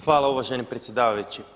Hvala uvaženi predsjedavajući.